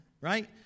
right